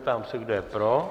Ptám se, kdo je pro?